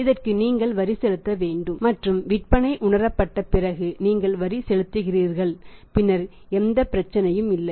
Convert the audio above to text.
இதற்கு நீங்கள் வரி செலுத்த வேண்டும் மற்றும் விற்பனை உணரப்பட்ட பிறகு நீங்கள் வரி செலுத்துகிறீர்கள் பின்னர் எந்த பிரச்சனையும் இல்லை